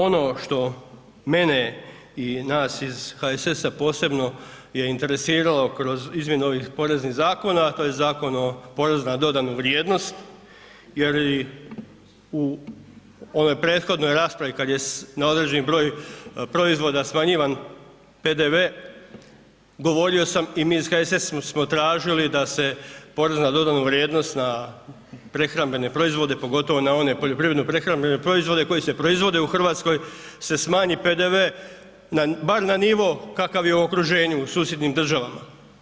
Ono što mene i nas iz HSS-a posebno je interesiralo kroz izmjenu ovih poreznih zakona to je Zakon o porezu na dodanu vrijednost jer i u onoj prethodnoj raspravi kad je na određeni broj proizvoda smanjivan PDV govorio sam i mi iz HSS-a smo tražili da se porez na dodanu vrijednost na prehrambene proizvode pogotovo na one poljoprivredno prehrambene proizvode koji se proizvode u Hrvatskoj se smanji PDV bar na nivo kakav je u okruženju u susjednim državama.